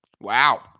wow